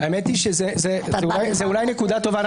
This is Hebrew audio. זו אולי נקודה טובה.